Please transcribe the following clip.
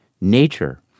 Nature